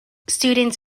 students